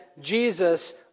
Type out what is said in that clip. Jesus